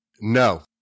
No